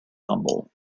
humble